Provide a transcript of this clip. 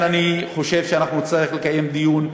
לכן אני חושב שאנחנו נצטרך לקיים דיון.